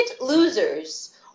Losers